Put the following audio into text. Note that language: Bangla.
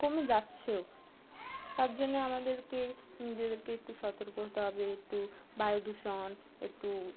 কমে যাচ্ছেও তার জন্যে আমাদেরকে নিজেদেরকে একটু সতর্ক হতে হবে একটু বায়ু দূষণ একটু